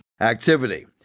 activity